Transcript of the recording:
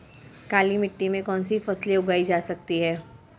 काली मिट्टी में कौनसी फसलें उगाई जा सकती हैं?